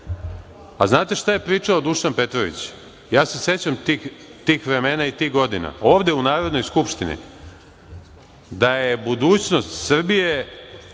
A znate šta je pričao Dušan Petrović? Ja se sećam tih vremena i tih godina, ovde u Narodnoj skupštini? Da je budućnost Srbije,